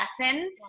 lesson